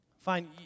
Fine